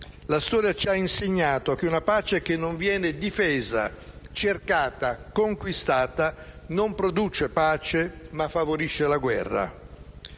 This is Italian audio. La storia ci ha insegnato che una pace che non viene difesa, cercata, conquistata, non produce pace, ma favorisce la guerra.